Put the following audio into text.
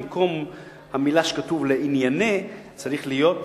במקום "לענייני" צריך להיות